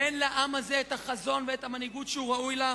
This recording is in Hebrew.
תן לעם הזה את החזון ואת המנהיגות שהוא ראוי להם,